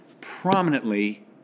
prominently